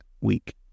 week